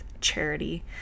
charity